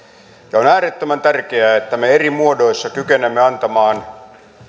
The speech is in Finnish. ja on äärettömän tärkeää että me eri muodoissa kykenemme antamaan